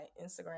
Instagram